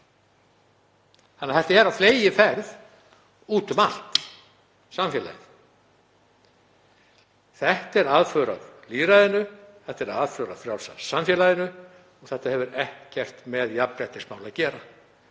kyni. Þetta er á fleygiferð út um allt í samfélaginu. Þetta er aðför að lýðræðinu, þetta er aðför að frjálsa samfélaginu og þetta hefur ekkert með jafnréttismál að gera.